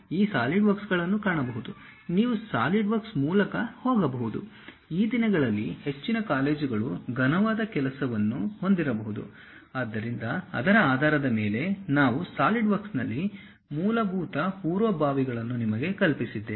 ನೀವು ಈ ಸಾಲಿಡ್ವರ್ಕ್ಗಳನ್ನು ಕಾಣಬಹುದು ನೀವು ಸಾಲಿಡ್ವರ್ಕ್ಸ್ ಮೂಲಕ ಹೋಗಬಹುದು ಈ ದಿನಗಳಲ್ಲಿ ಹೆಚ್ಚಿನ ಕಾಲೇಜುಗಳು ಘನವಾದ ಕೆಲಸವನ್ನು ಹೊಂದಿರಬಹುದು ಆದ್ದರಿಂದ ಅದರ ಆಧಾರದ ಮೇಲೆ ನಾವು ಸಾಲಿಡ್ವರ್ಕ್ಸ್ನಲ್ಲಿ ಮೂಲಭೂತ ಪೂರ್ವಭಾವಿಗಳನ್ನು ನಿಮಗೆ ಕಲಿಸಲಿದ್ದೇವೆ